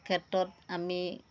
ক্ষেত্ৰত আমি